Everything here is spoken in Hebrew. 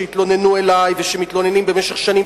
שהתלוננו אלי ושמתלוננים במשך שנים,